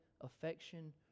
affection